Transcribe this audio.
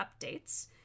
updates